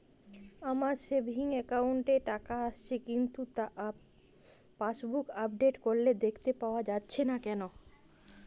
আমার savings account এ টাকা আসছে কিন্তু তা পাসবুক আপডেট করলে দেখতে পাওয়া যাচ্ছে না কেন?